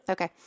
Okay